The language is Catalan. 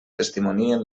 testimonien